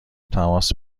تماس